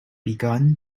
began